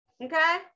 Okay